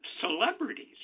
celebrities